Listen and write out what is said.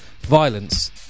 violence